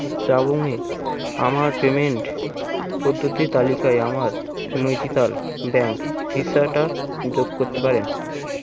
জাবংয়ে আমার পেমেন্ট পদ্ধতি তালিকায় আমার নৈচিতাল ব্যাঙ্ক ভিসাটা যোগ করতে পারেন